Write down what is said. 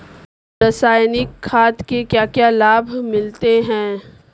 रसायनिक खाद के क्या क्या लाभ मिलते हैं?